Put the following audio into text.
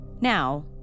Now